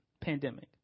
pandemic